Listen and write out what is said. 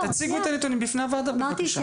תציגו את הנתונים בפני הוועדה בבקשה.